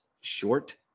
short